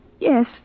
Yes